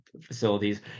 facilities